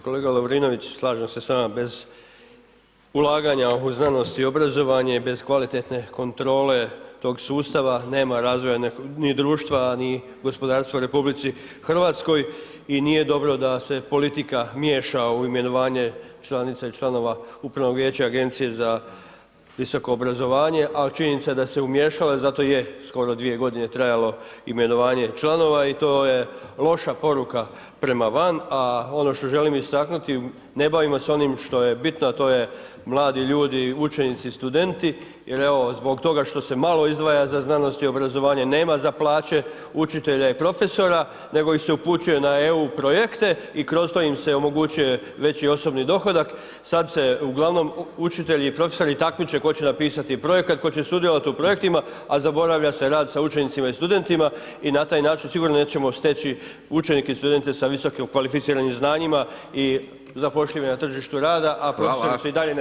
Kolega Lovrinović, slaže se s vama, bez ulaganja u znanost i obrazovanje bez kvalitetne kontrole tog sustava, nema razvoja ni društva a ni gospodarstva u RH i nije dobro da se politika miješa u imenovanje članice i članova upravnog vijeća Agencije za visoko obrazovanje a činjenica je da se umiješala i zato je skoro 2 g. trajalo imenovanje članova i to je loša poruka prema van a ono što želim istaknuti, ne bavimo se onim što je bitno a to je mladi ljudi, učenici i studenti jer evo zbog toga što se malo izdvaja za znanost i obrazovanje, nema za plaće učitelja i profesora nego se ih se upućuje na EU projekte i kroz to im se omogućuje veći osobni dohodak, sad se uglavnom učitelji i profesori takmiče tko će napisati projekat, tko će sudjelovati u projektima, a zaboravlja se rad sa učenicima i studentima i na taj način sigurno da nećemo steći učenike i studente sa visoko kvalificiranim znanjima i zapošljive na tržištu rada a profesionalnu su i dalje nezadovoljni, hvala.